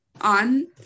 on